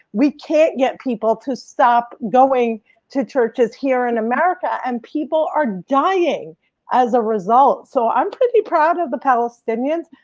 we can't get people to stop going to churches here in america and people are dying as a result. so i'm pretty proud of the palestinians.